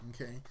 Okay